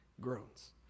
groans